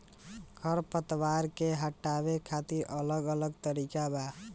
खर पतवार के हटावे खातिर अलग अलग तरीका बा